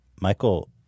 Michael